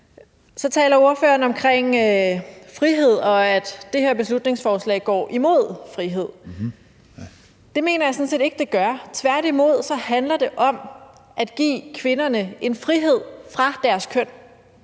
Så taler ordføreren om frihed, og at det her beslutningsforslag går imod frihed. Det mener jeg sådan set ikke det gør – tværtimod handler det om at give kvinderne en frihed fra deres køn.